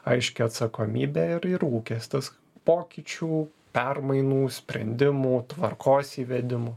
aiškią atsakomybę ir ir lūkestis pokyčių permainų sprendimų tvarkos įvedimu